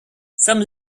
some